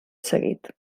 seguit